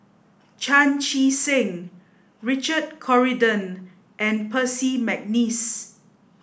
Chan Chee Seng Richard Corridon and Percy McNeice